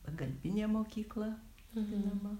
pagalbinė mokykla vadinama